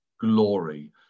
glory